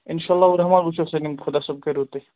اِنشاء اللہُ رحمٰن وٕچھو سٲنۍ یِم خۄدا صٲب کَرِ رُتُے